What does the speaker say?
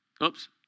Oops